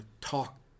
talk